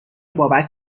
بابک